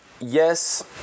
Yes